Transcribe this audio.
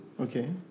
Okay